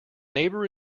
neighbour